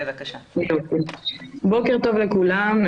בוקר טוב לכולם.